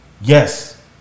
yes